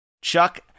Chuck